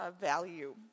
value